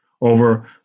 Over